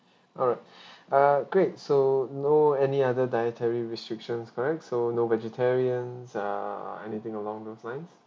alright uh great so no any other dietary restrictions correct so no vegetarian err anything along those lines